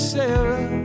Sarah